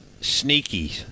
sneaky